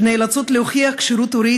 שנאלצות להוכיח כשירות הורית,